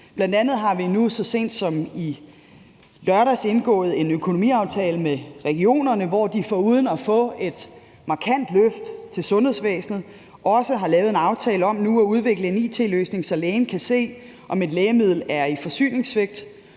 Bl.a. har vi så sent som i lørdags indgået en økonomiaftale med regionerne, hvor vi foruden at give et markant løft til sundhedsvæsenet også har lavet en aftale om nu at udvikle en it-løsning, så lægen kan se, om der er forsyningssvigt